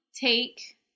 take